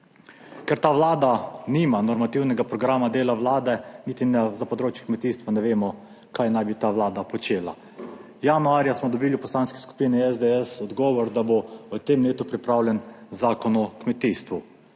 Ker ta vlada nima normativnega programa dela vlade, niti za področje kmetijstva ne vemo, kaj naj bi ta vlada počela. Januarja smo dobili v Poslanski skupini SDS odgovor, da bo v tem letu pripravljen zakon o kmetijstvu.